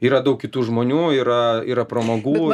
yra daug kitų žmonių yra yra pramogų